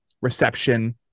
reception